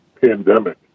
pandemic